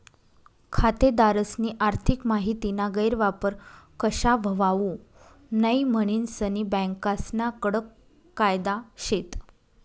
खातेदारस्नी आर्थिक माहितीना गैरवापर कशा व्हवावू नै म्हनीन सनी बँकास्ना कडक कायदा शेत